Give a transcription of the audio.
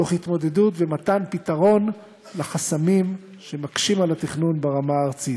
תוך התמודדות ומתן פתרון לחסמים שמקשים על התכנון ברמה הארצית.